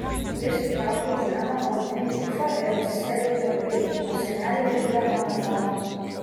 prisitraukiau žemą odinį pufą ir atsisėdau tarp jų o senelė įpylė man arbatos